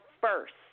first